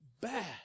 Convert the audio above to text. bad